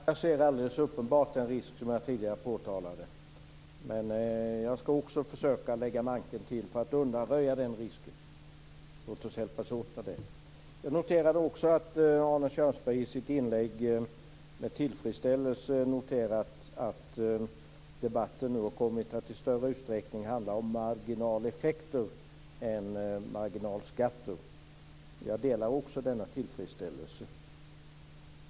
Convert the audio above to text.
Fru talman! Jag ser alldeles uppenbart den risk som jag tidigare påtalade, men jag skall också försöka att lägga manken till för att undanröja den risken. Låt oss hjälpas åt med det. Jag noterade också att Arne Kjörnsberg i sitt inlägg med tillfredsställelse noterat att debatten nu har kommit att i större utsträckning handla om marginaleffekter än om marginalskatter. Jag delar denna tillfredsställelse.